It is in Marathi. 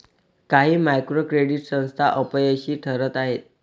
काही मायक्रो क्रेडिट संस्था अपयशी ठरत आहेत